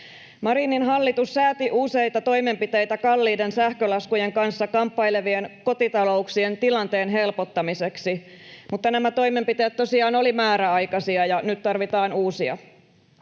Marinin hallitus sääti useita toimenpiteitä kalliiden sähkölaskujen kanssa kamppailevien kotitalouksien tilanteen helpottamiseksi, mutta nämä toimenpiteet tosiaan olivat määräaikaisia ja nyt tarvitaan uusia.